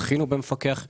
במפקח אנושי,